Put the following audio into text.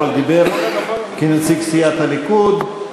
אבל דיבר כנציג סיעת הליכוד.